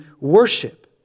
worship